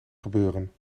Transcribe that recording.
gebeuren